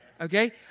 Okay